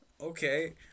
Okay